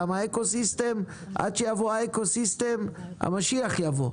כי עד שיבוא האקוסיסטם המשיח יבוא.